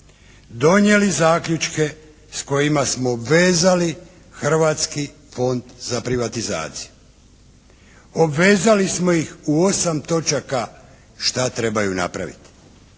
donijeli zaključke s kojima smo obvezali Hrvatski fond za privatizaciju. Obvezali smo ih u osam točaka šta trebaju napraviti.